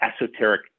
esoteric